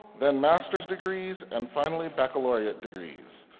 then master's degrees and finally baccalaureate degrees.